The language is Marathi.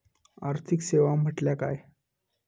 आर्थिक सेवा म्हटल्या काय?